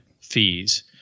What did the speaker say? fees